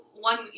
one